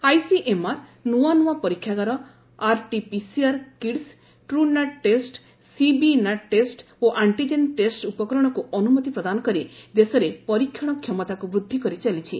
ICMR ନୂଆ ନୂଆ ପରୀକ୍ଷାଗାର RT PCR kits Truenat test CBNAAT test ଓ ଆଣ୍ଟିଜେନ୍ ଟେଷ୍ଟସ ଉପକରଣକୁ ଅନୁମତି ପ୍ରଦାନ କରି ଦେଶରେ ପରୀକ୍ଷଣ କ୍ଷମତାକୁ ବୃଦ୍ଧି କରିଚାଳିଛି